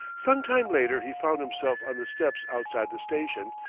sometime later he found himself on the steps outside the station,